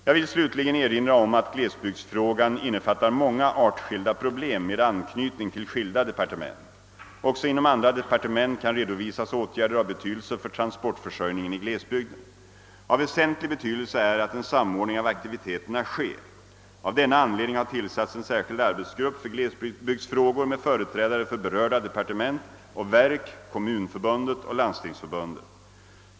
Jag vill slutligen erinra om att glesbygdsfrågan innefattar många artskilda problem med anknytning till skilda departement. Också inom andra departement kan redovisas åtgärder av betvdelse för transportförsörjningen i glesbygden. Av väsentlig betydelse är att en samordning av aktiviteterna sker. Av denna anledning har tillsatts en särskild arbetsgrupp för glesbygdsfrågor med företrädare för berörda departement och verk, Kommunförbundet och Landstingsförbundet.